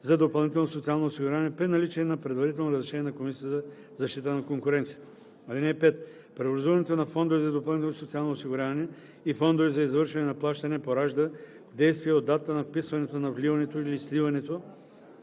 за допълнително социално осигуряване, при наличие на предварително разрешение на Комисията за защита на конкуренцията. (5) Преобразуването на фондове за допълнително социално осигуряване и фондове за извършване на плащания поражда действие от датата на вписването на вливането или сливането